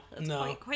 no